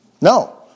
No